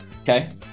Okay